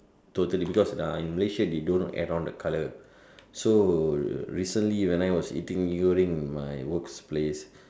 totally because uh in Malaysia they don't add on the color so recently when I was eating Mee-Goreng in my works place